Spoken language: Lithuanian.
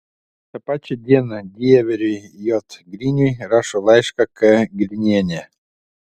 tą pačią dieną dieveriui j griniui rašo laišką k grinienė